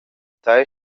tei